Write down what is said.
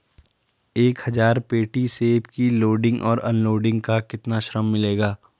एक हज़ार पेटी सेब की लोडिंग और अनलोडिंग का कितना श्रम मिलेगा?